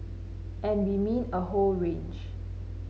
and we mean a whole range